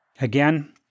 Again